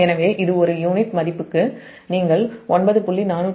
எனவே இது ஒரு யூனிட் மதிப்புக்கு நீங்கள் 9